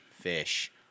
fish